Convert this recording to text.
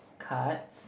cards